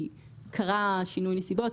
כי קרה שינוי נסיבות,